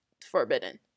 forbidden